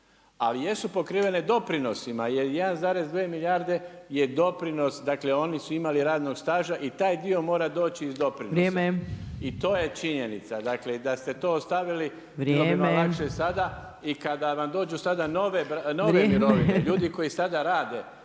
Ali jesu pokrivene doprinosima jer 1,2 milijarde je doprinos, dakle oni su imali radnog staža i taj dio mora doći iz doprinosa. I to je činjenica, dakle da ste to ostavili bilo bi vam lakše sada. …/Kolega Mrsić, vrijeme./… I kada vam dođu sada nove mirovine, ljudi koji sada rade,